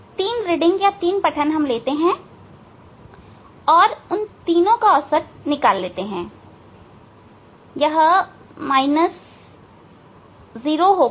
तीन रीडिंग लेते हैं और उन तीनों का औसत लेते ताकि यह माइनस 0 होगा